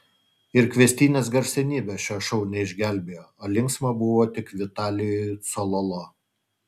ir kviestinės garsenybės šio šou neišgelbėjo o linksma buvo tik vitalijui cololo